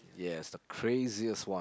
yes the craziest one